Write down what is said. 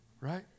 right